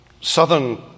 Southern